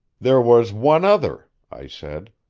there was one other, i said.